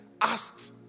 asked